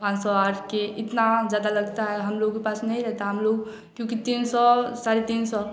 पाँच सौ आर के इतना ज़्यादा लगता है हम लोगों के पास में नहीं रहता हम लोग क्योंकि तीन सौ साढ़े तीन सौ